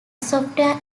software